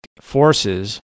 forces